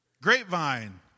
Grapevine